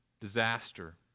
disaster